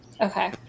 Okay